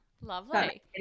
lovely